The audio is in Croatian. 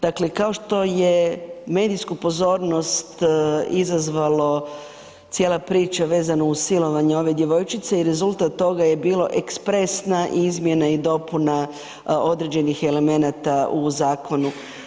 Dakle kao što je medijsku pozornost izazvalo cijela priča vezano uz silovanje ove djevojčice i rezultat toga je bilo ekspresna izmjena i dopuna određenih elemenata u zakonu.